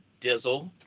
Dizzle